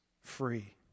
free